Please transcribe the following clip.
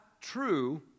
true